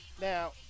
Now